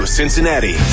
Cincinnati